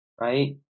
right